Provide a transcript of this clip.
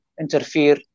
interfere